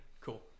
cool